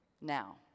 now